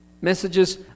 Messages